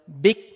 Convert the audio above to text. big